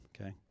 Okay